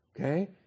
Okay